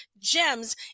gems